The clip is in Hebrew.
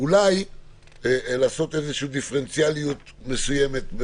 אולי לעשות דיפרנציאליות מסוימת.